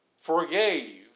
forgave